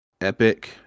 Epic